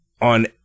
on